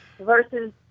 versus